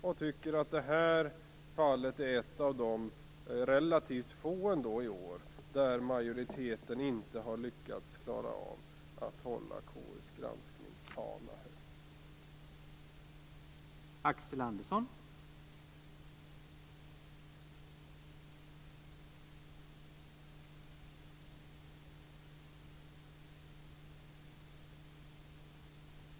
Jag tycker att det här fallet är ett av de ändå relativt få fall i år där majoriteten inte har lyckats med att hålla KU:s granskningsfana högt.